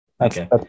okay